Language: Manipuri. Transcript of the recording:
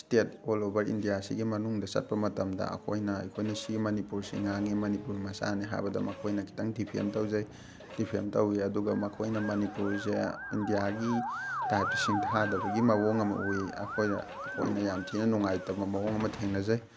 ꯏꯁꯇꯦꯠ ꯑꯣꯜ ꯑꯣꯚꯔ ꯏꯟꯗꯤꯌꯥꯁꯤꯒꯤ ꯃꯅꯨꯡꯗ ꯆꯠꯄ ꯃꯇꯝꯗ ꯑꯩꯈꯣꯏꯅ ꯑꯩꯈꯣꯏꯅ ꯁꯤ ꯃꯅꯤꯄꯨꯔꯁꯤ ꯉꯥꯡꯉꯤ ꯃꯅꯤꯄꯨꯔ ꯃꯆꯥꯅꯤ ꯍꯥꯏꯕꯗ ꯃꯈꯣꯏꯅ ꯈꯤꯇꯪ ꯗꯤꯐꯦꯝ ꯇꯧꯖꯩ ꯗꯤꯐꯦꯝ ꯇꯧꯋꯤ ꯑꯗꯨꯒ ꯃꯈꯣꯏꯅ ꯃꯅꯤꯄꯨꯔꯁꯦ ꯏꯟꯗꯤꯌꯥꯒꯤ ꯇꯥꯏꯞꯇ ꯁꯤꯡꯊꯥꯗꯕꯒꯤ ꯃꯑꯣꯡ ꯑꯃ ꯎꯏ ꯑꯩꯈꯣꯏꯅ ꯑꯩꯈꯣꯏꯅ ꯌꯥꯝ ꯊꯤꯅ ꯅꯨꯡꯉꯥꯏꯇꯕ ꯃꯑꯣꯡ ꯑꯃ ꯊꯦꯡꯅꯖꯩ